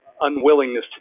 unwillingness